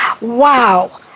Wow